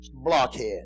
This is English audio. blockhead